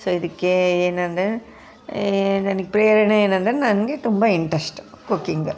so ಇದಕ್ಕೆ ಏನಂದರೆ ನನಿಗೆ ಪ್ರೇರಣೆ ಏನಂದರೆ ನನಗೆ ತುಂಬ ಇಂಟ್ರೆಸ್ಟು ಕುಕ್ಕಿಂಗ